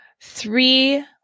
three